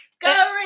Go